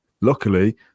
Luckily